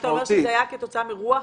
אתה אומר שזה היה כתוצאה מרוח?